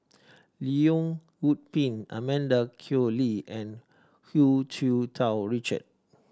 Leong Yoon Pin Amanda Koe Lee and Hu Tsu Tau Richard